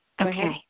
Okay